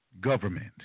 government